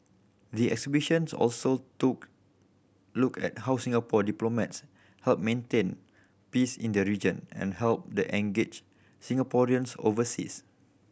the exhibitions also took look at how Singapore diplomats help maintain peace in the region and help and engage Singaporeans overseas